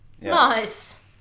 nice